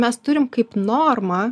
mes turim kaip normą